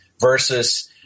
Versus